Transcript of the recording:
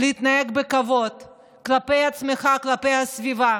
להתנהג בכבוד כלפי עצמך וכלפי הסביבה,